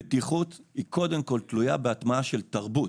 בטיחות תלויה קודם כל בהטמעה של תרבות